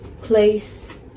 place